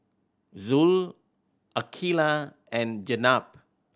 Zul Aqilah and Jenab